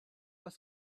was